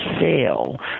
fail